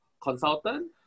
consultant